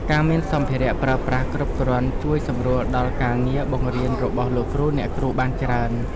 ការមានសម្ភារៈប្រើប្រាស់គ្រប់គ្រាន់ជួយសម្រួលដល់ការងារបង្រៀនរបស់លោកគ្រូអ្នកគ្រូបានច្រើន។